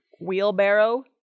wheelbarrow